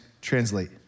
translate